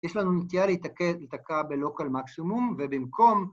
יש לנו נטייה להתעכב, להיתקע ב-local maximum ובמקום